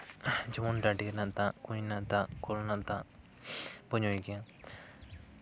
ᱡᱮᱢᱚᱱ ᱰᱟᱹᱰᱤ ᱨᱮᱱᱟᱜ ᱫᱟᱜ ᱠᱩᱸᱧ ᱨᱮᱱᱟᱜ ᱠᱚᱞ ᱨᱮᱱᱟᱜ ᱫᱟᱜ ᱵᱚᱱ ᱧᱩᱭ ᱜᱮᱭᱟ